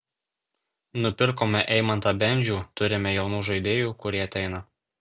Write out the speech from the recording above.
nupirkome eimantą bendžių turime jaunų žaidėjų kurie ateina